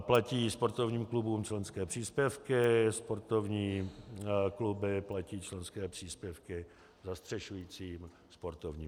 Platí sportovním klubům členské příspěvky, sportovní kluby platí členské příspěvky zastřešujícím sportovním svazům.